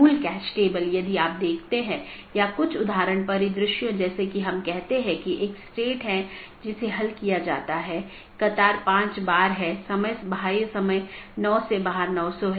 एक गैर मान्यता प्राप्त ऑप्शनल ट्रांसिटिव विशेषता के साथ एक पथ स्वीकार किया जाता है और BGP साथियों को अग्रेषित किया जाता है